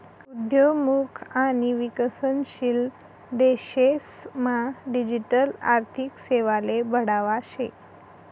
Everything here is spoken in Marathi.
उद्योन्मुख आणि विकसनशील देशेस मा डिजिटल आर्थिक सेवाले बढावा शे